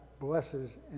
blesses